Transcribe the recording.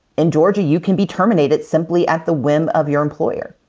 in georgia, you can be terminated simply at the whim of your employer.